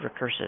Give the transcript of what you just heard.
recursive